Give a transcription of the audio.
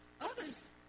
Others